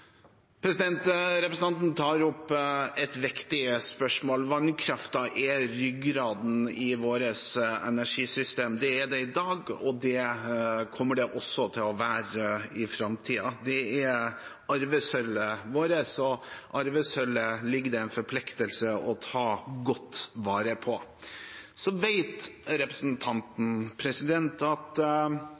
Representanten tar opp et viktig spørsmål. Vannkraften er ryggraden i vårt energisystem. Det er den i dag, og det kommer den også til å være i framtiden. Det er arvesølvet vårt, og arvesølvet er det en forpliktelse å ta godt vare på. Så vet representanten at